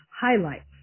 highlights